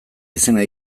izena